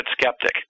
skeptic